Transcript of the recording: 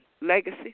legacy